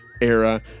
era